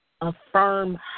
affirm